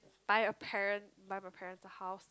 buy a parent buy my parents house